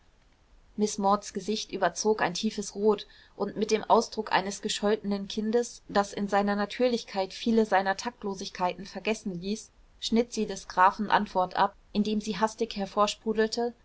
miß mauds gesicht überzog ein tiefes rot und mit dem ausdruck eines gescholtenen kindes das in seiner natürlichkeit viele seiner taktlosigkeiten vergessen ließ schnitt sie des grafen antwort ab indem sie hastig